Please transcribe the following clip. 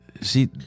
see